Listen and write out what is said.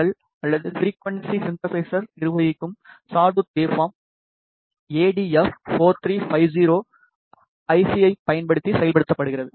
L அல்லது frequency சின்தசைசரை நிர்வகிக்கும் சாடூத் வெவ்பார்ம் எடிஎப்4350 ஐசி ஐப் பயன்படுத்தி செயல்படுத்தப்படுகிறது